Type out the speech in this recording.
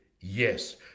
Yes